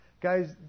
Guys